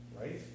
Right